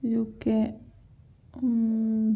UK